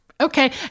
okay